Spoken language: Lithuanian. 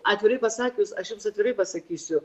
atvirai pasakius aš jums atvirai pasakysiu